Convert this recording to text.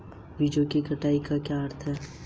बीजों की कटाई का क्या अर्थ है?